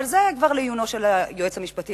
אבל זה כבר לעיונו של היועץ המשפטי.